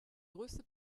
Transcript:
größte